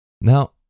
Now